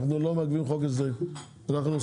אנחנו לא מעכבים חוק הסדרים.